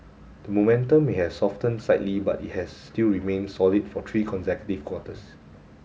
the momentum may have softened slightly but it has still remained solid for three consecutive quarters